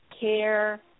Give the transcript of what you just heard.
care